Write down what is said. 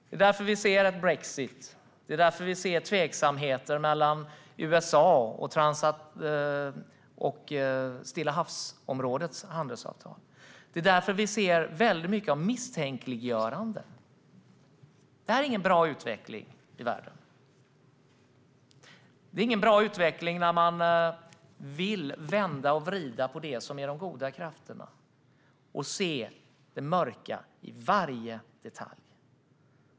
Det är därför vi ser brexit, och det är därför vi ser tveksamheter mellan USA och Stillahavsområdet när det gäller deras handelsavtal. Det är därför vi ser mycket av misstänkliggöranden. Det här är ingen bra utveckling i världen. Det är ingen bra utveckling när man vill vända och vrida på det som är de goda krafterna och se det mörka i varje detalj.